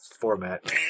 Format